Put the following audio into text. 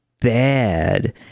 bad